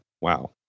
wow